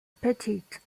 pettit